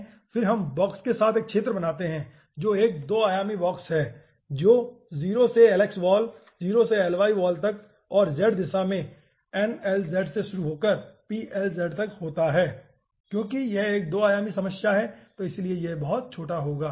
फिर हम बॉक्स के साथ एक क्षेत्र बनाते हैं जो एक 2 आयामी बॉक्स है जो 0 से lx वॉल 0 से ly वॉल तक और z दिशा में nlz से शुरू होकर plz तक होता है क्योंकि यह एक 2 आयामी समस्या है तो इसीलिए यह बहुत छोटा होगा